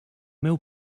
meu